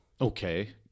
Okay